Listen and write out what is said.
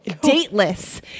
dateless